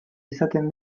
izaten